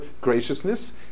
graciousness